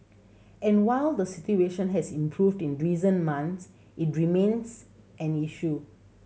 and while the situation has improved in reason months it remains an issue